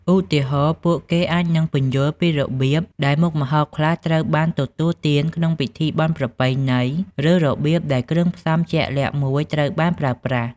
ឧទាហរណ៍ ពួកគេអាចនឹងពន្យល់ពីរបៀបដែលមុខម្ហូបខ្លះត្រូវបានទទួលទានក្នុងពិធីបុណ្យប្រពៃណី ឬរបៀបដែលគ្រឿងផ្សំជាក់លាក់មួយត្រូវបានប្រើប្រាស់